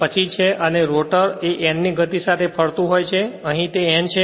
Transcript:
પછી છે અને રોટર એ n ની ગતિ સાથે ફરતું હોય છે તે અહીં n છે